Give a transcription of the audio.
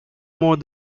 more